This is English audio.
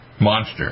monster